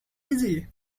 easy